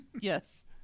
Yes